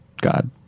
God